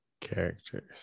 Characters